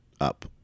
up